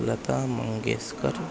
Lata Mangeshkar